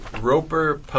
Roper